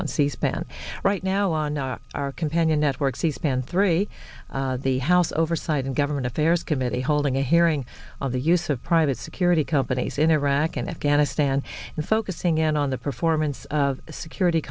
on c span right now on a companion network c span three the house oversight and go human affairs committee holding a hearing on the use of private security companies in iraq and afghanistan and focusing in on the performance of a security